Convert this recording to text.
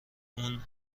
اون